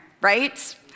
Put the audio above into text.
right